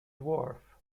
dwarf